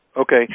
Okay